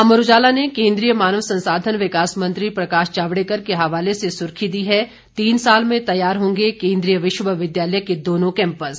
अमर उजाला ने केंद्रीय मानव संसाधन विकास मंत्री प्रकाश जावड़ेकर के हवाले से सुर्खी दी है तीन साल में तैयार होंगे केंद्रीय विश्वविद्यालय के दोनों कैंपस